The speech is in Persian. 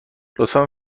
لطفا